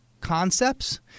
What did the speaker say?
concepts